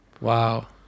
Wow